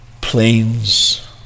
planes